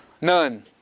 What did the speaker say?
None